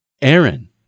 Aaron